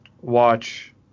watch